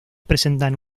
presentan